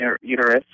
uterus